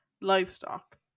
Livestock